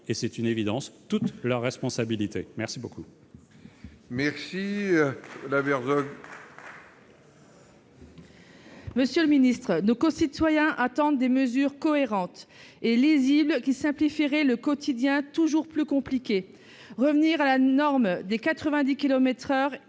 c'est une évidence -toutes leurs responsabilités.